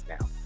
now